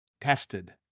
tested